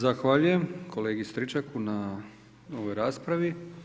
Zahvaljujem kolegi Stričaku na ovoj raspravi.